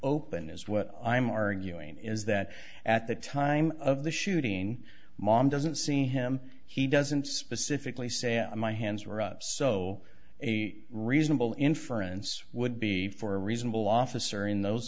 open is what i'm arguing is that at the time of the shooting mom doesn't see him he doesn't specifically say i my hands were up so a reasonable inference would be for a reasonable officer in those